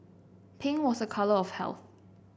pink was a colour of health